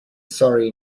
sorry